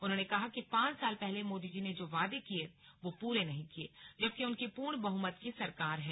उन्होंने कहा कि पांच साल पहले मोदी जी ने जो वादे किए वह पूरे नहीं किए जबकि उनकी पूर्ण बहुमत की सरकार है